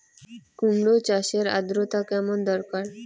কুমড়ো চাষের আর্দ্রতা কেমন দরকার?